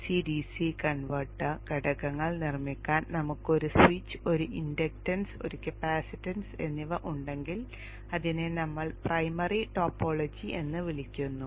DC DC converter ഘടകങ്ങൾ നിർമ്മിക്കാൻ നമുക്ക് ഒരു സ്വിച്ച് ഒരു ഇൻഡക്ടൻസ് ഒരു കപ്പാസിറ്റൻസ് എന്നിവ ഉണ്ടെങ്കിൽ അതിനെ നമ്മൾ പ്രൈമറി ടോപ്പോളജി എന്ന് വിളിക്കുന്നു